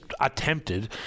attempted